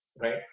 Right